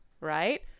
right